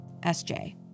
SJ